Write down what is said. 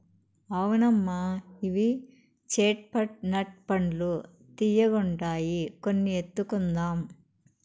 అవునమ్మా ఇవి చేట్ పట్ నట్ పండ్లు తీయ్యగుండాయి కొన్ని ఎత్తుకుందాం